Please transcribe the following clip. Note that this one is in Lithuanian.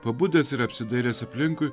pabudęs ir apsidairęs aplinkui